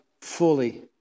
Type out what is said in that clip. fully